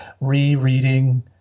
rereading